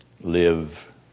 live